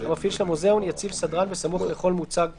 המפעיל של המוזיאון יציב סדרן בסמוך לכל מוצג פעיל,